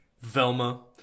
Velma